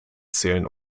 zählen